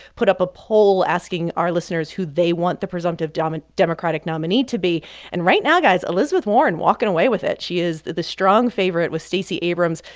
put up a poll asking our listeners who they want the presumptive um ah democratic nominee to be and right now, guys, elizabeth warren walking away with it. she is the strong favorite with stacey abrams,